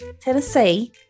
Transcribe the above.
Tennessee